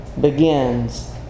begins